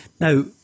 Now